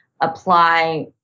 apply